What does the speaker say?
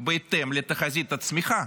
בהתאם לתחזית הצמיחה?